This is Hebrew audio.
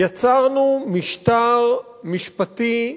יצרנו משטר משפטי משונה,